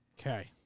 Okay